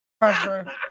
pressure